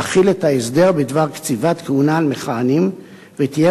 להחיל את ההסדר בדבר קציבת כהונה על מכהנים, ותהיה